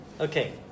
Okay